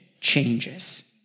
changes